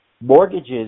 mortgages